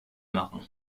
machen